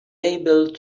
able